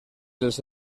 dels